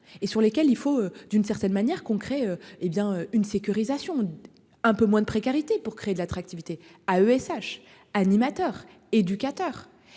et sur lesquels il faut d'une certaine manière concret hé bien une sécurisation. Un peu moins de précarité pour créer de l'attractivité à ESH animateurs éducateurs